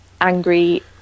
angry